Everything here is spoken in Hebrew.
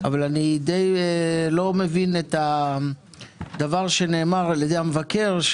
אבל אני די לא מבין את הדבר שנאמר על ידי המבקר,